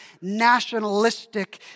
nationalistic